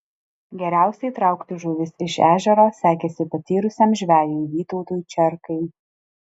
geriausiai traukti žuvis iš ežero sekėsi patyrusiam žvejui vytautui čerkai